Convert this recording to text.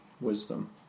wisdom